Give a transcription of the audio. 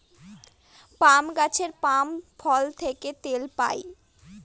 পাম গাছের পাম ফল থেকে তেল পাই